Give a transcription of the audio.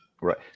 Right